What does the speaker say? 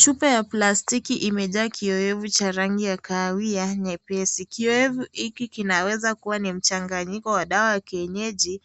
Chupa ya plastiki imejaa kiyowevu cha rangi ya kahawia nyepesi. Kiyowevu hiki, kinaweza kuwa ni mchanganyiko wa dawa ya kienyeji